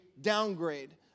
downgrade